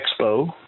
Expo